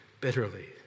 bitterly